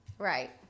Right